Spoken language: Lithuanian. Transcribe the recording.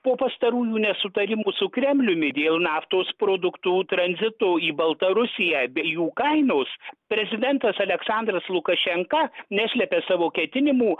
po pastarųjų nesutarimų su kremliumi dėl naftos produktų tranzito į baltarusiją bei jų kainos prezidentas aleksandras lukašenka neslepia savo ketinimų